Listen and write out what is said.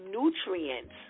nutrients